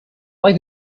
like